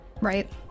Right